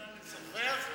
זה נקרא לשוחח?